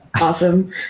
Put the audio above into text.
awesome